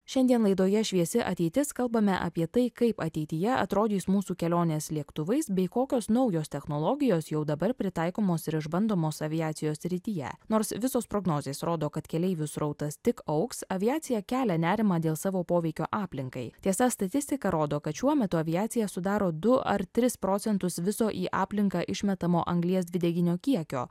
šiandien laidoje šviesi ateitis kalbame apie tai kaip ateityje atrodys mūsų kelionės lėktuvais bei kokios naujos technologijos jau dabar pritaikomos ir išbandomos aviacijos srityje nors visos prognozės rodo kad keleivių srautas tik augs aviacija kelia nerimą dėl savo poveikio aplinkai tiesa statistika rodo kad šiuo metu aviacija sudaro du ar tris procentus viso į aplinką išmetamo anglies dvideginio kiekio